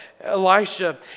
Elisha